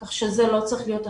כך שזה לא צריך להיות החסם.